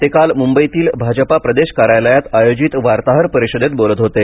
ते काल मुंबईतील भाजपा प्रदेश कार्यालयात आयोजित वार्ताहर परिषदेत बोलत होते